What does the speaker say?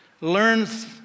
learns